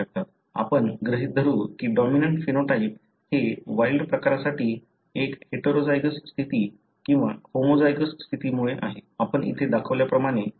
आपण गृहीत धरू कि डॉमिनंट फेनोटाइप हे वाइल्ड प्रकारासाठी एक हेटेरोझायगस स्थिती किंवा होमोझायगोस स्थितीमुळे आहे आपण इथे दाखवल्याप्रमाणे अपेक्षा करू शकतो